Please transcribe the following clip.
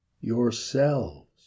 Yourselves